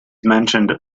mentioned